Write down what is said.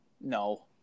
no